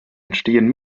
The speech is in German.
entstehen